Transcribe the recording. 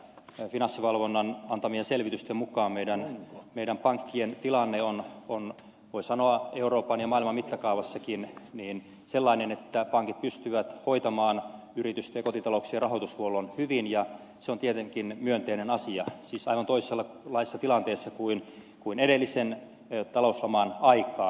finanssivalvonnan antamien selvitysten mukaan meidän pankkien tilanne on voi sanoa euroopan ja maailman mittakaavassakin sellainen että pankit pystyvät hoitamaan yritysten ja kotitalouksien rahoitushuollon hyvin ja se on tietenkin myönteinen asia siis aivan toisenlainen tilanne kuin edellisen talouslaman aikaan